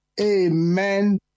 Amen